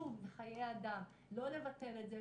שוב, חיי אדם, לא לבטל את זה.